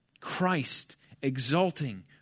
Christ-exalting